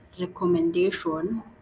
recommendation